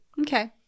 Okay